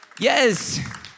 Yes